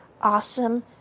awesome